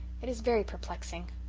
it is very perplexing.